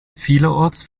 vielerorts